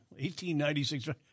1896